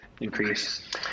increase